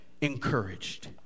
encouraged